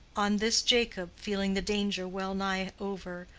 on this jacob, feeling the danger well-nigh over,